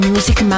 Music